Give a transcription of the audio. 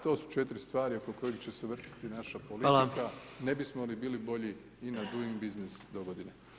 To su četiri stvari oko kojih će se vrtjeti naša politika, ne bismo li bili bolji ina doing business dogodine.